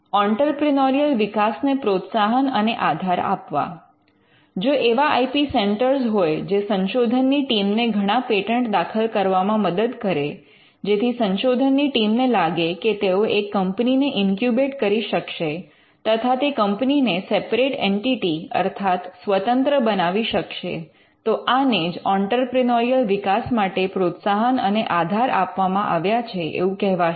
entrepreneurial વિકાસને પ્રોત્સાહન અને આધાર આપવા જો એવા આઇ પી સેન્ટર હોય જે સંશોધનની ટીમને ઘણા પેટન્ટ દાખલ કરવામાં મદદ કરે જેથી સંશોધનની ટીમને લાગે કે તેઓ એક કંપનીને ઇન્ક્યુબેટ્ કરી શકશે તથા તે કંપનીને સેપરેટ એન્ટિટી અર્થાત સ્વતંત્ર બનાવી શકશે તો આને જ ઑંટરપ્રિનોરિયલ વિકાસ માટે પ્રોત્સાહન અને આધાર આપવામાં આવ્યા છે એવું કહેવાશે